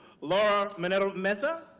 laura minero-meza,